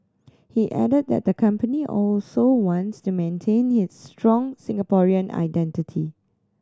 he added that the company also wants to maintain its strong Singaporean identity